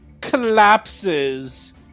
collapses